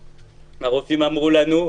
הרופאים אמרו לנו: